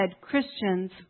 christians